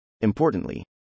Importantly